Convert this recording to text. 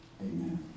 Amen